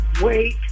wait